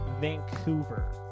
Vancouver